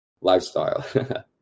lifestyle